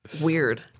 weird